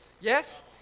Yes